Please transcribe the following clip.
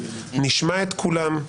נשמע את כולם,